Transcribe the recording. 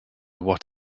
what